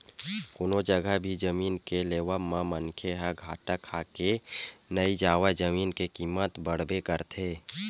कोनो जघा भी जमीन के लेवब म मनखे ह घाटा खाके नइ जावय जमीन के कीमत ह बड़बे करथे